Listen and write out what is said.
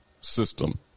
system